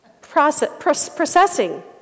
processing